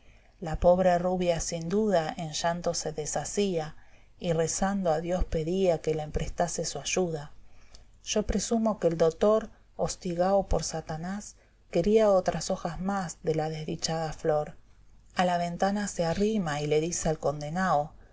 la pobre rubia sin duda en uanto se deshacía y rezando a dios pedía que le emprestase su ayuda yo presumo que el dotor hostigao por satanás quería otras hojas más de la desdichada flor a la ventana se arrima y le dice al condenao